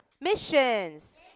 missions